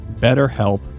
BetterHelp